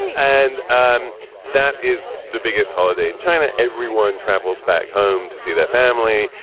and um that is the biggest holiday in china. everyone travels back home to see their family.